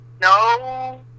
No